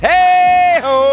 Hey-ho